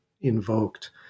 invoked